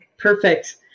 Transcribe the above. Perfect